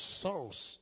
source